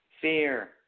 Fear